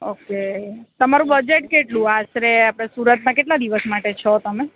okay તમારું budget કેટલું આશરે આપણે સુરતમાં કેટલા દિવસ માટે છો તમે